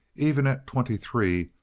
even at twenty-three,